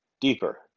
deeper